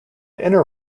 inner